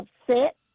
upset